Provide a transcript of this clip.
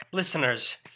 Listeners